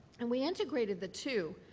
and we integrated the two.